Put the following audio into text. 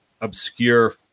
obscure